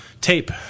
Tape